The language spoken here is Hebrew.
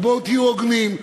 בואו תהיו הוגנים.